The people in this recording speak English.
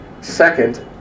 Second